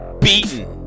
beaten